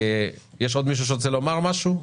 ויש עוד מישהו שרוצה לומר משהו?